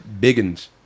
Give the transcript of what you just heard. Biggins